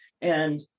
And-